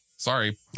Sorry